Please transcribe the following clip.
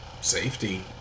Safety